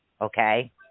Okay